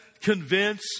convince